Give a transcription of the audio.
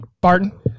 Barton